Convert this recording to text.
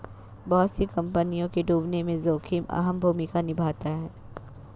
बहुत सी कम्पनियों के डूबने में जोखिम अहम भूमिका निभाता है